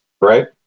right